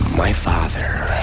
my father